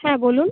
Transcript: হ্যাঁ বলুন